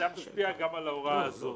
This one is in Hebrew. זה היה משפיע גם על ההוראה הזו.